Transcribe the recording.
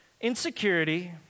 Insecurity